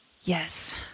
yes